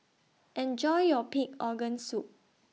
Enjoy your Pig Organ Soup